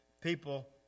people